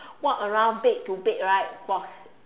walk around bed to bed right for